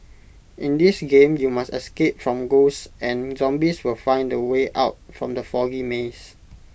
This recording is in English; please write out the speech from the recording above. in this game you must escape from ghosts and zombies while finding the way out from the foggy maze